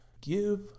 Give